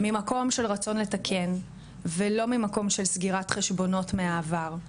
ממקום של רצון לתקן ולא ממקום של סגירת חשבונות מהעבר,